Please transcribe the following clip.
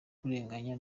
kurenganya